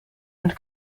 und